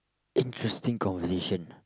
interesting conversation